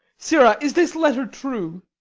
sirrah, is this letter true?